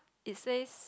it says